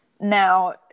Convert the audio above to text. Now